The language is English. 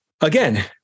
again